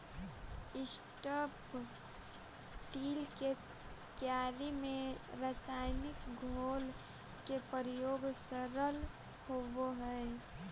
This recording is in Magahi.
स्ट्रिप् टील के क्यारि में रसायनिक घोल के प्रयोग सरल होवऽ हई